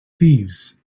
thieves